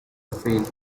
failed